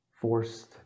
forced